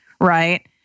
right